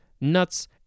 nuts